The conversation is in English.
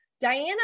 Diana